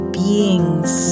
beings